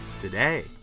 today